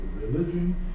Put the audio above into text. religion